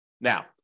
Now